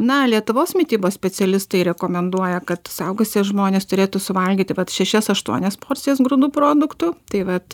na lietuvos mitybos specialistai rekomenduoja kad suaugusi žmonės turėtų suvalgyti vat šešias aštuonias porcijas grūdų produktų tai vat